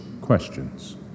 questions